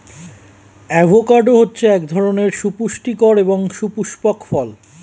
avocado হচ্ছে এক ধরনের সুপুস্টিকর এবং সুপুস্পক ফল